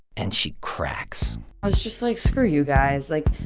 and she cracks i was just like, screw you guys. like,